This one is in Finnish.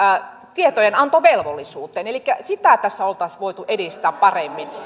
tietojenantovelvollisuuteen elikkä sitä tässä olisi voitu edistää paremmin